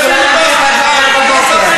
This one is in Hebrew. כן, אבל אני יכולה להמשיך עד מחר בבוקר.